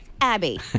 Abby